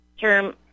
term